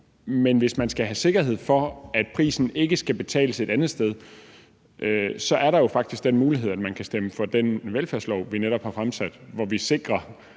Men hvis man skal have sikkerhed for, at prisen ikke skal betales et andet sted, er der faktisk den mulighed, at man kan stemme for det velfærdslovforslag, vi netop har fremsat, hvor vi sikrer,